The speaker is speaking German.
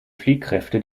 fliehkräfte